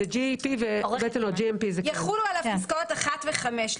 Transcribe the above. למעשה יחולו עליו פסקאות (1) ו-(5).